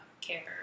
care